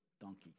donkey